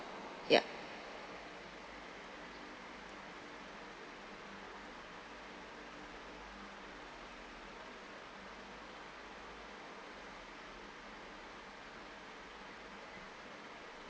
ya